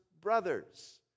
brothers